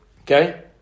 Okay